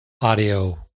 audio